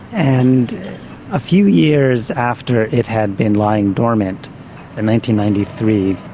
and a few years after it had been like and um and and ninety ninety three,